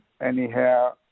Anyhow